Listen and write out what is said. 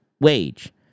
wage